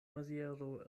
maziero